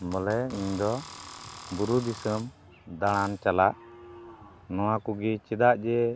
ᱵᱚᱞᱮ ᱤᱧ ᱫᱚ ᱵᱩᱨᱩ ᱫᱤᱥᱚᱢ ᱫᱟᱬᱟᱱ ᱪᱟᱞᱟᱜ ᱱᱚᱣᱟ ᱠᱚᱜᱮ ᱪᱮᱫᱟᱜ ᱡᱮ